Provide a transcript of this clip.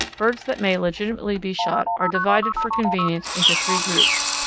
birds that may legitimately be shot are divided for convenience into three groups,